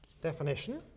definition